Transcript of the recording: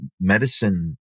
medicine